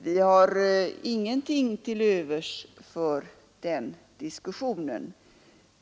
Vi har ingenting till övers för den diskussionen.